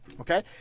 Okay